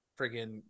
freaking